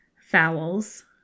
Fowls